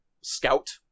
Scout